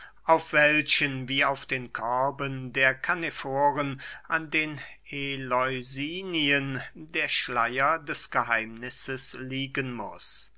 auf welchen wie auf den körben der kaneforen an den eleusinien der schleier des geheimnisses liegen muß